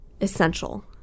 essential